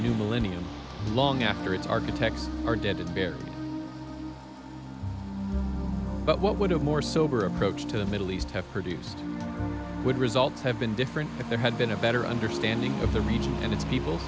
new millennium long after it's architects are dead and buried but what would a more sober approach to the middle east have produced would result have been different if there had been a better understanding of the region and its people